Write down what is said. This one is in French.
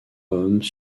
hommes